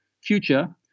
future